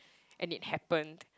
and it happened